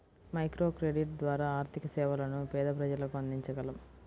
microcredit ద్వారా ఆర్థిక సేవలను పేద ప్రజలకు అందించగలం